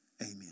Amen